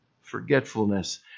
forgetfulness